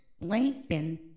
Lincoln